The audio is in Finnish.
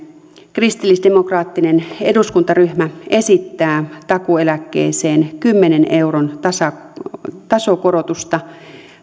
kristillisdemokraattinen eduskuntaryhmä esittää takuueläkkeeseen kymmenen euron tasokorotusta